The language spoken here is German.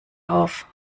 auf